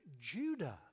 Judah